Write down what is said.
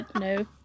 no